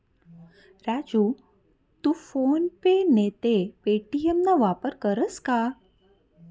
राजू तू फोन पे नैते पे.टी.एम ना वापर करस का?